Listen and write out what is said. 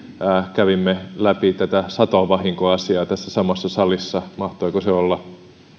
kävimme läpi tätä satovahinkoasiaa tässä samassa salissa mahtoiko se olla